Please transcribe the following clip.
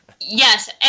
Yes